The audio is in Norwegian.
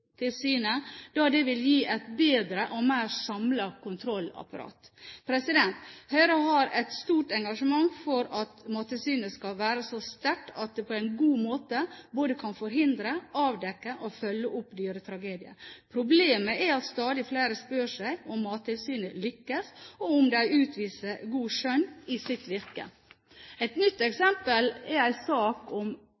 da det vil gi et bedre og mer samlet kontrollapparat. Høyre har et stort engasjement for at Mattilsynet skal være så sterkt at det på en god måte kan forhindre, avdekke og følge opp dyretragedier. Problemet er at stadig flere spør seg om Mattilsynet lykkes, og om de utviser godt skjønn i sitt virke. Et nytt